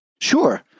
Sure